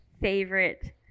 favorite